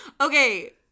Okay